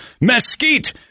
Mesquite